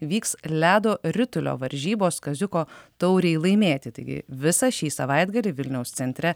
vyks ledo ritulio varžybos kaziuko taurei laimėti taigi visą šį savaitgalį vilniaus centre